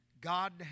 God